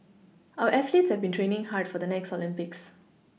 our athletes have been training hard for the next Olympics